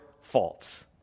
false